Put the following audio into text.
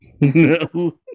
No